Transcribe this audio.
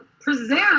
present